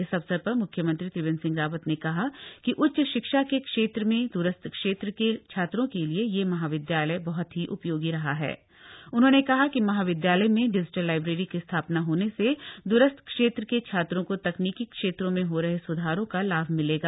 इस अवसर पर म्ख्यमंत्री त्रिवेन्द्र सिंह रावत ने कहा कि उच्च शिक्षा के क्षेत्र में दुरस्थ क्षेत्र के छात्रों के लिये यह महाविदयालय बहत ही उपयाणी रहा ह उन्होंने कहा कि महाविदयालय में डिजिटल लाइब्रेरी की स्थापना हाजे से द्रस्थ क्षेत्र के छात्रों क तकनीकि क्षेत्रों में ह रहे स्धारों का लाभ मिलेगा